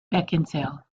beckinsale